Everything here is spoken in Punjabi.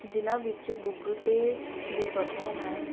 ਜਿਹਨਾਂ ਵਿੱਚੋਂ ਗੂਗਲ ਪੇ ਦੀ ਵਰਤੋਂ ਮੈਂ